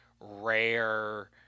rare